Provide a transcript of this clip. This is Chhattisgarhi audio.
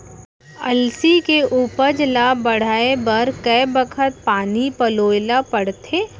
अलसी के उपज ला बढ़ए बर कय बखत पानी पलोय ल पड़थे?